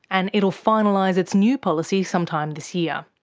and it'll finalise its new policy sometime this year.